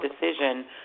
decision